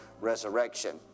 resurrection